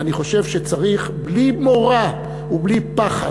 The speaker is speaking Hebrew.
ואני חושב שצריך בלי מורא ובלי פחד,